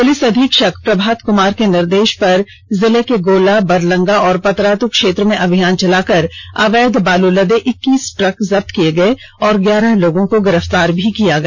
police अधीक्षक प्रभात कुमार के निर्देष पर पुलिस ने जिले के गोला बरलंगा और पतरातू क्षेत्र में अभियान चलाकर अवैध बालू लदे इक्कीस ट्रकों को जब्त किया और ग्यारह लोगों को गिरफ्तार भी किया गया